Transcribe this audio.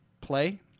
play